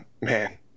man